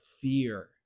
fear